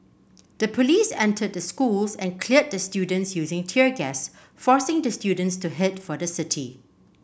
the police entered the schools and cleared the students using tear gas forcing the students to head for the city